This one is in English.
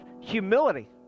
humility